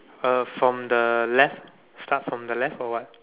uh from the left start from the left or what